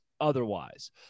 otherwise